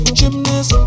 gymnast